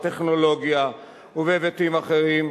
בטכנולוגיה ובהיבטים אחרים,